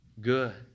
good